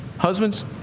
Husbands